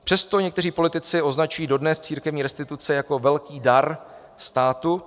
Přesto někteří politici označují dodnes církevní restituce jako velký dar státu.